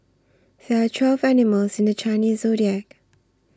there are twelve animals in the Chinese zodiac